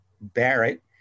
Barrett